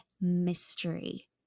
mystery